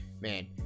man